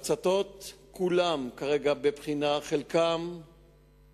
ההצתות, כולן כרגע בבחינה, חלק מהשרפות,